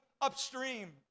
upstream